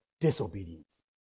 disobedience